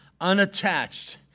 unattached